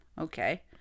Okay